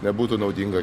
nebūtų naudinga